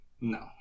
No